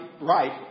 right